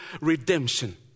redemption